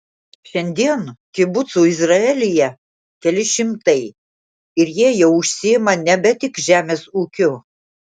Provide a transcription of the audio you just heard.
šiandien kibucų izraelyje keli šimtai ir jie jau užsiima nebe tik žemės ūkiu